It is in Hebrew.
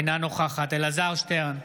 אינה נוכחת אלעזר שטרן,